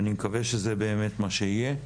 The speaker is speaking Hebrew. אני מקווה שזה באמת מה שיהיה.